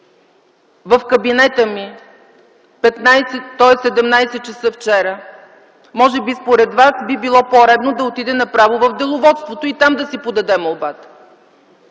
в кабинета ми в 17,00 ч. вчера, може би според вас би било по-редно да отиде направо в Деловодството и там да си подаде молбата.